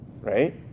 right